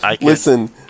Listen